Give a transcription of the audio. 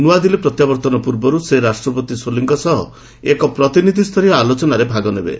ନୂଆଦିଲ୍ଲୀ ପ୍ରତ୍ୟାବର୍ତ୍ତନ ପୂର୍ବରୁ ସେ ରାଷ୍ଟ୍ରପତି ସୋଲିଙ୍କ ସହ ଏକ ପ୍ରତିନିଧି ସ୍ତରୀୟ ଆଲୋଚନାରେ ଭାଗ ନେବେ